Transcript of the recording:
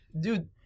dude